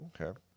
Okay